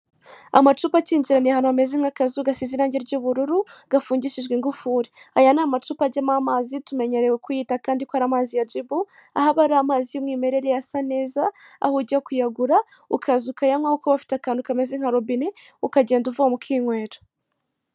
Amacupa akingiraniye ahantu hameze nk'akazu gasize irange ry'ubururu gafungishijwe ingufuri, aya ni amacupa ajyamo amazi tumenyerewe kuyita kandi ko ari amazi ya JIBU, aho abari amazi y'umwimerere asa neza aho ujya kuyagura ukaza ukayanywaho ko aba afite akantu kameze nka robine ukajya ugenda ukinywera.